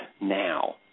now